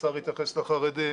השר התייחס לחרדים,